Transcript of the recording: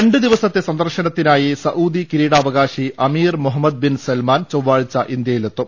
രണ്ട് ദിവസത്തെ സന്ദർശനത്തിനായി സൌദി കിരീടാവകാശി അമീർ മുഹമ്മദ് ബിൻ സൽമാൻ ചൊവ്വാഴ്ച ഇന്ത്യയിലെത്തും